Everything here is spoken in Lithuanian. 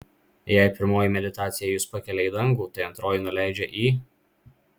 jei pirmoji meditacija jus pakelia į dangų tai antroji nuleidžia į